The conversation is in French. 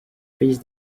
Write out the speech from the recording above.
fils